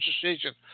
decision